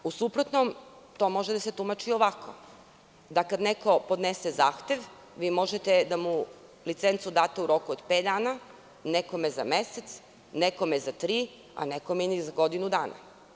U suprotnom, to može da se tumači i ovako da kada neko podnese zahtev, vi možete da mu date licencu u roku od pet dana, nekome za mesec, nekome za tri, a nekome ni za godinu dana.